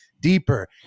deeper